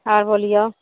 आर बोलियौ